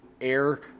air